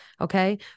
okay